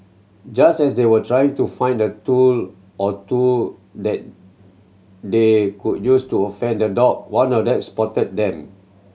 just as they were trying to find a tool or two that they could use to fend the dog one of that spotted them